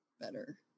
better